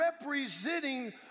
representing